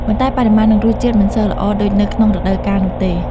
ប៉ុន្តែ បរិមាណនិងរសជាតិមិនសូវល្អដូចនៅក្នុងរដូវកាលនោះទេ។